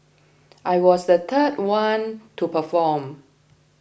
I was the third one to perform